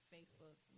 Facebook